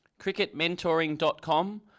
cricketmentoring.com